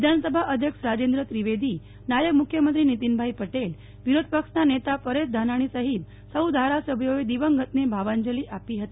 વિધાનસભા અધ્યક્ષ રાજેન્દ્ર ત્રિવેદી નાયબ મુખ્યમંત્રી નીતિનભાઇ પટેલ વિરોધ પક્ષ ના નેતા પરેશ ધાનાણી સહિત સૌ ધારાસભ્યોએ દિવંગત ને ભાવાંજલિ આપી હતી